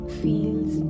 feels